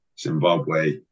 Zimbabwe